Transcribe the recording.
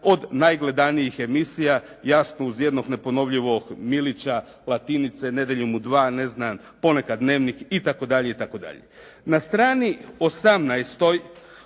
od najgledanijih emisija jasno uz jednog neponovljivog Milića, Latinice, Nedjeljom u 2, ponekad Dnevnik itd.